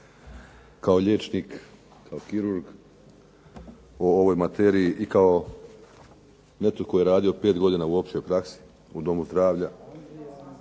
Kao liječnik, kao kirurg, o ovoj materiji i kao netko tko je radio 5 godina u općoj praksi u domu zdravlja